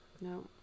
No